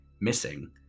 missing